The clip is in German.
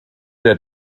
der